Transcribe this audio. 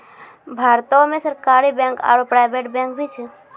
भारतो मे सरकारी बैंक आरो प्राइवेट बैंक भी छै